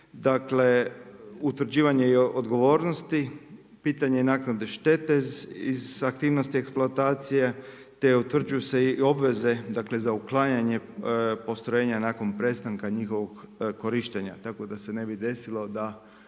dakle, utvrđivanje i odgovornosti pitanje je naknade štete iz aktivnosti eksploatacije te utvrđuju se i obveze, dakle za uklanjanje postrojenja nakon prestanka njihovog korištenja. Tako da se ne bi desilo da